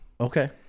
Okay